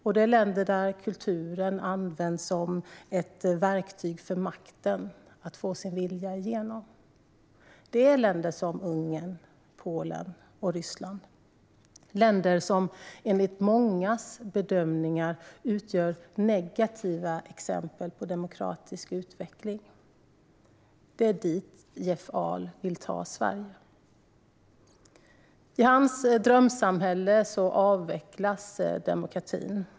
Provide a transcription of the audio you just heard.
Det är länder där kulturen används som ett verktyg för makten att få sin vilja igenom. Det är länder som Ungern, Polen och Ryssland. Det är länder som enligt mångas bedömningar utgör negativa exempel på demokratisk utveckling. Det är dit Jeff Ahl vill ta Sverige. I hans drömsamhälle avvecklas demokratin.